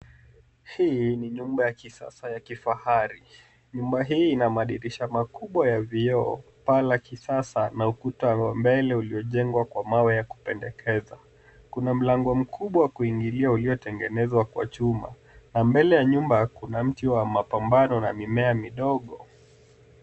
Hii ni nyumba ya kisasa ya kifahari. Nyumba hii ina madirisha makubwa ya vioo, paa la kisasa na ukuta wa mbele uliojengwa kwa mawe ya kupendekeza. Kuna mlango mkubwa wa kuingilia uliotegenezwa kwa chuma. Na mbele ya nyumba kuna mti wa mapambano na mimea midogo.